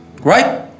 Right